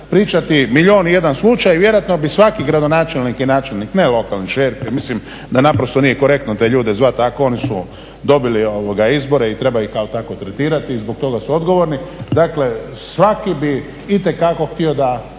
pričati milijun i jedan slučaj, vjerojatno bi svaki gradonačelnik i načelnik ne lokalni šerif jer mislim da naprosto nije korektno te ljude zvati tako oni su dobili izbore i treba ih kao takve tretirati i zbog toga su odgovorni, dakle svaki bi itekako htio da